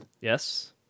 Yes